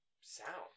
Sound